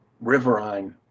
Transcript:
Riverine